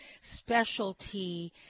specialty